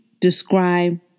describe